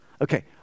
Okay